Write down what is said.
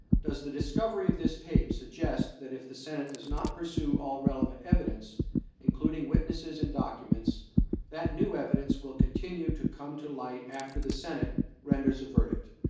does the discovery of this tape suggest that if the senate does not pursue all relevant evidence including witnesses and documents that new evidence will continue to come to light after the senate renders a verdict.